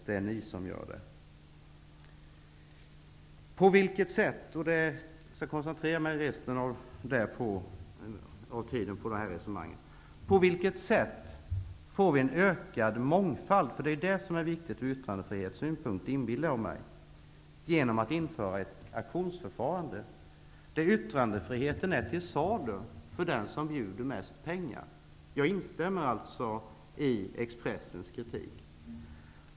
Det är ni som gör det. På vilket sätt -- resterande taletid kommer jag att koncentrera mig på det här resonemanget -- får vi en ökad mångfald? Det är ju det viktiga från yttrandefrihetssynpunkt, inbillar jag mig, genom att ett auktionsförfarande införs. Yttrandefriheten är till salu. Det gäller att bjuda högst. Jag instämmer alltså i Expressens kritik.